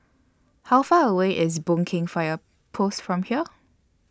How Far away IS Boon Keng Fire Post from here